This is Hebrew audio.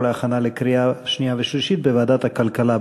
להכנה לקריאה שנייה ושלישית בוועדת הכלכלה.